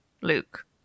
Luke